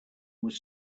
was